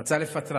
רצה לפטרה.